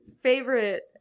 favorite